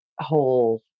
whole